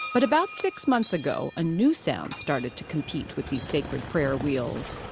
but about six months ago a new sound started to compete with these sacred prayer wheels